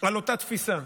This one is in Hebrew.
על אותה תפיסה.